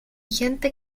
gente